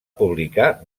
publicar